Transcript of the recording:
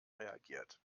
reagiert